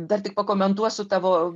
dar tik pakomentuosiu tavo